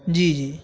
جی جی